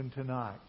tonight